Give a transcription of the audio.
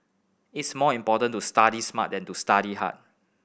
it's more important to study smart than to study hard